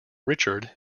richard